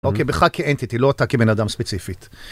אוקיי, בך כאנטיטי, לא אתה כבן אדם ספציפית.